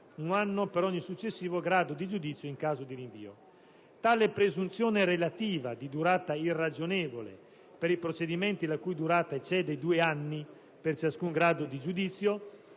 (un anno per ogni successivo grado di giudizio in caso di rinvio). Tale presunzione relativa di durata irragionevole per i procedimenti la cui durata eccede due anni per ciascun grado di giudizio